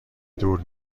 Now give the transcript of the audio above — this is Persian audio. دور